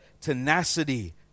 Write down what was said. tenacity